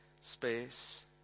space